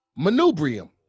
Manubrium